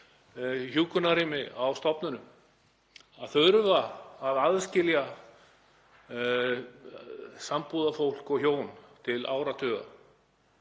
hjúkrunarrými á stofnunum, að þurfa að aðskilja sambúðarfólk og hjón til áratuga